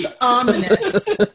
ominous